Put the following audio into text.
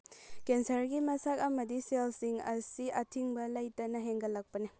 ꯀꯦꯟꯁꯔꯒꯤ ꯃꯁꯛ ꯑꯃꯗꯤ ꯁꯦꯜꯁꯤꯡ ꯑꯁꯤ ꯑꯊꯤꯡꯕ ꯂꯩꯇꯅ ꯍꯦꯟꯒꯠꯂꯛꯄꯅꯤ